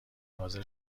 حاضر